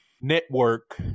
network